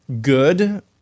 good